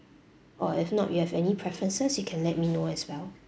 or if not you have any preferences you can let me know as well